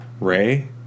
Ray